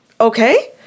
okay